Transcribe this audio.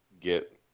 get